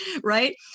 right